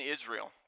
Israel